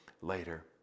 later